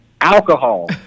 alcohol